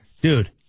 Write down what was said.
dude